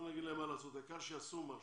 לא נגיד להם מה לעשות אבל העיקר שיעשו משהו.